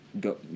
go